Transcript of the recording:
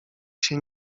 się